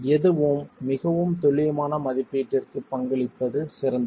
எதுவும் மிகவும் துல்லியமான மதிப்பீட்டிற்கு பங்களிப்பது சிறந்தது